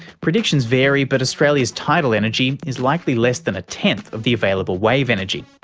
predictions vary, but australia's tidal energy is likely less than a tenth of the available wave energy,